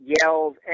yells